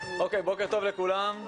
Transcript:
בוקר טוב לכולם,